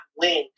win